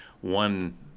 one